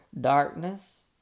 darkness